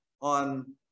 on